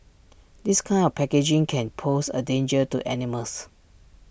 this kind of packaging can pose A danger to animals